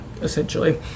essentially